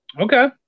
Okay